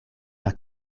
per